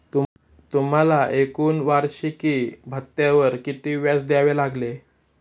तुम्हाला एकूण वार्षिकी भत्त्यावर किती व्याज द्यावे लागले